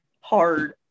hard